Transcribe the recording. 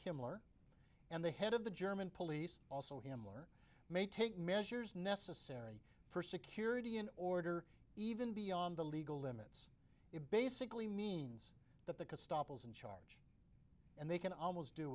himmler and the head of the german police also him may take measures necessary for security and order even beyond the legal limits it basically means that the kostopoulos in charge and they can almost do